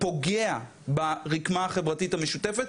פוגע ברקמה החברתית המשותפת,